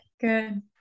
Good